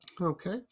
okay